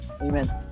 Amen